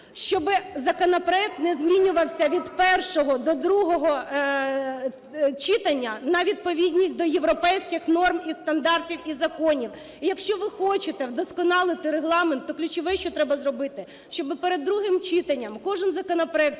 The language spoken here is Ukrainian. Щоби законопроект не змінювався від першого до другого читання на відповідність до європейських норм, і стандартів, і законів. І якщо ви хочете вдосконалити Регламент, то ключове, що треба зробити, щоби перед другим читанням кожний законопроект